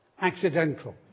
accidental